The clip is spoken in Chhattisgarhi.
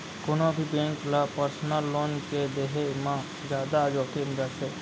कोनो भी बेंक ल पर्सनल लोन के देहे म जादा जोखिम रथे